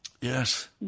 Yes